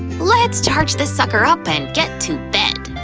let's charge this sucker up and get to bed.